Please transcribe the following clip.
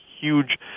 huge